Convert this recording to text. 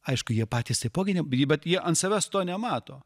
aišku jie patys taipogi ne jie bet jie ant savęs to nemato